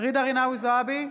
ג'ידא רינאוי זועבי,